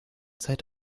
zeit